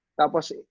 tapos